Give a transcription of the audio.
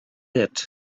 bit